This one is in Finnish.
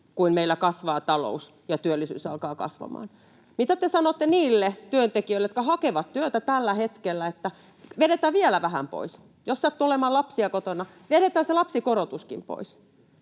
kuin meillä talous kasvaa ja työllisyys alkaa kasvamaan. Mitä te sanotte niille työntekijöille, jotka hakevat työtä tällä hetkellä: vedetään vielä vähän pois; jos sattuu olemaan lapsia kotona, vedetään se lapsikorotuskin pois?